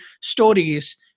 stories